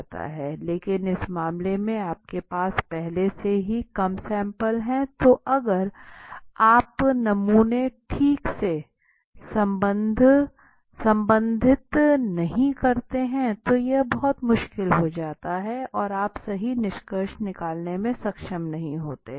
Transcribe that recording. लेकिन इस मामले में आपके पास पहले से ही कम सैम्पल्स है तो अगर आप नमूने ठीक से संबंधित नहीं करते हैं तो यह बहुत मुश्किल हो जाता है और आप सही निष्कर्ष निकालने में सक्षम नहीं होते हैं